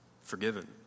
forgiven